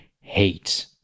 hate